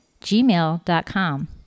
gmail.com